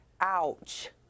ouch